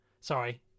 sorry